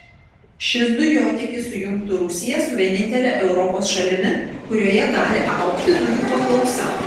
šis dujotiekis sujungtų rusiją su vienintele europos šalimi kurioje gali augti dujų paklausa